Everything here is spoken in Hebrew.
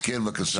כן בבקשה.